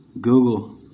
Google